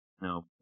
No